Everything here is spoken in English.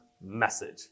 message